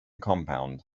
compound